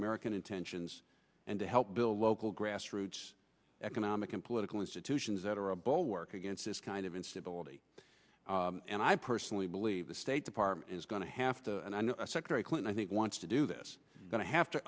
american intentions and to help build local grassroots economic and political institutions that are a bulwark against this kind of instability and i personally believe the state department is going to have to and i know secretary clinton i think wants to do this going to have to